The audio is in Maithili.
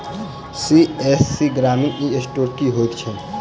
सी.एस.सी ग्रामीण ई स्टोर की होइ छै?